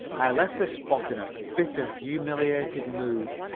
i left the spot in a bitter, humiliated mood.